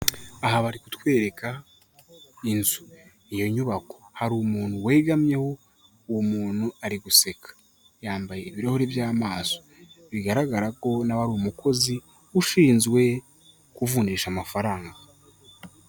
Aha bari kutwereka inzu, iyo nyubako hari umuntu wegamyeho, uwo muntu ari guseka, yambaye ibirahuri by'amaso bigaragara ko nawe umukozi ushinzwe kuvunjisha amafaranga.